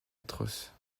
atroce